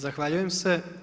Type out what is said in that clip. Zahvaljujem se.